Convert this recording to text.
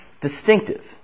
distinctive